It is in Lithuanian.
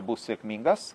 bus sėkmingas